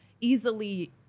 easily